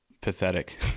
pathetic